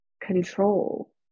control